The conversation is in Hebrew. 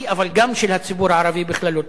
אבל גם של הציבור הערבי בכללותו.